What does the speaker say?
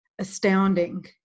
astounding